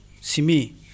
simi